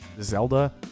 zelda